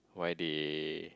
why they